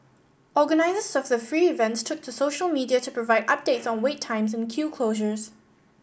organisers of the free events took to social media to provide updates on wait times and queue closures